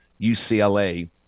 ucla